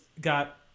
got